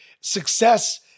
success